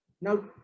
Now